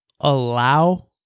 allow